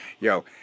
yo